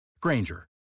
Granger